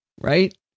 right